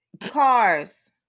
cars